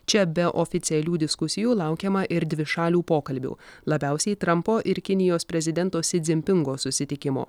čia be oficialių diskusijų laukiama ir dvišalių pokalbių labiausiai trampo ir kinijos prezidento si dzin pingo susitikimo